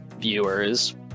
viewers